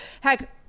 heck